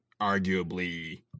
arguably